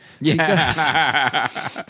Yes